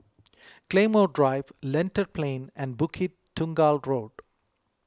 Claymore Drive Lentor Plain and Bukit Tunggal Road